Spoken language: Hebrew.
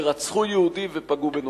שרצחו יהודי ופגעו בנוצרים.